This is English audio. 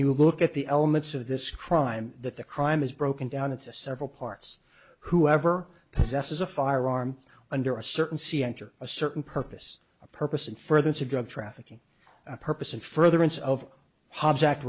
you look at the elements of this crime that the crime is broken down into several parts whoever possesses a firearm under a certain c enter a certain purpose a purpose and further to drug trafficking a purpose in furtherance of